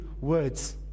words